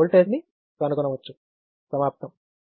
voltage ని కనుగొనవచ్చు